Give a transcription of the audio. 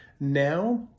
now